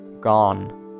gone